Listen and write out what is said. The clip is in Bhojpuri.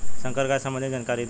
संकर गाय संबंधी जानकारी दी?